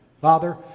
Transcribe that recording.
Father